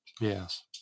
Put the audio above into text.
yes